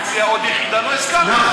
הציע עוד יחידה לא הסכמתם.